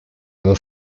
mon